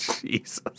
Jesus